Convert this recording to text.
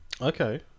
Okay